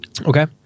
Okay